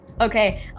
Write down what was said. Okay